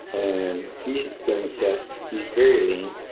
and he's done the test. he's very lean.